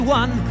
one